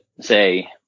say